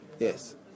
Yes